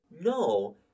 No